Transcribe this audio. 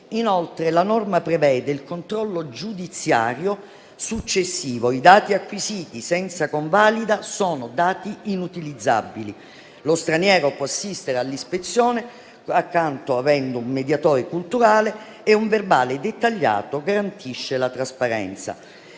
Inoltre, la norma prevede il controllo giudiziario successivo. I dati acquisiti senza convalida sono inutilizzabili. Lo straniero può assistere all'ispezione avendo accanto un mediatore culturale e un verbale dettagliato garantisce la trasparenza.